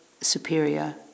superior